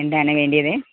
എന്താണ് വേണ്ടിയത്